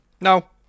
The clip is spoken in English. No